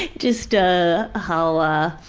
just ah, how, ah,